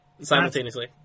Simultaneously